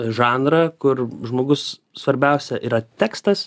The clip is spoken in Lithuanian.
žanrą kur žmogus svarbiausia yra tekstas